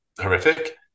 horrific